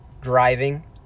driving